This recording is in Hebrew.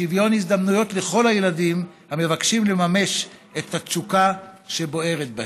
שוויון הזדמנויות לכל הילדים המבקשים לממש את התשוקה שבוערת בהם.